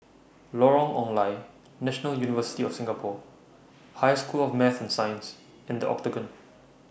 Lorong Ong Lye National University of Singapore High School of Math and Science and The Octagon